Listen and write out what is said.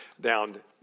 down